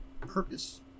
Purpose